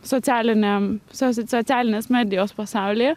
socialiniam socialinės medijos pasaulyje